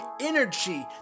energy